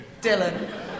Dylan